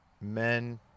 men